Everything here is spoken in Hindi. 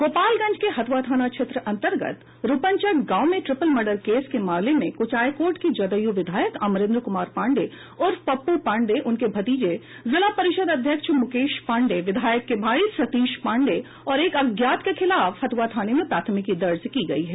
गोपालगंज के हथुआ थाना क्षेत्र अंतर्गत रूपन चक गांव में ट्रिपल मार्डर केस के मामले में कुचायकोट के जदयू विधायक अमरेन्द्र कुमार पांडेय उर्फ पप्पू पांडेय उनके भतीजे जिला परिषद अध्यक्ष मुकेश पांडेय विधायक के भाई सतीश पांडेय और एक अज्ञात के खिलाफ हथुआ थाने में प्राथमिकी दर्ज की गयी है